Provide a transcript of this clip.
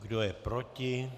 Kdo je proti?